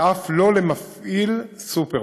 ואף לא למפעיל סופרבוס.